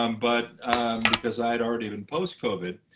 um but because i had already been post-covid.